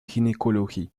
gynaecologie